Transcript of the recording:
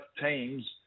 teams